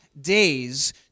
days